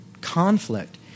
conflict